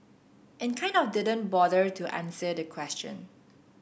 and kind of didn't bother to answer the question